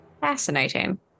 Fascinating